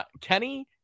Kenny